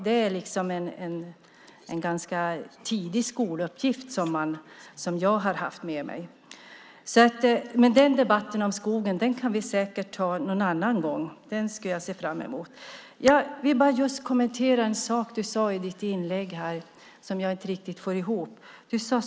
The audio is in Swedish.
Det är en ganska tidig skoluppgift som jag haft med mig. Men debatten om skogen kan vi säkert ta någon annan gång. Jag ser fram emot den. Låt mig kommentera en sak som du nämnde i ditt inlägg, Jan Andersson, och som jag inte riktigt får att gå ihop.